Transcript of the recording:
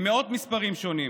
ממאות מספרים שונים,